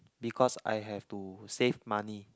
because I have to save money